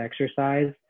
exercise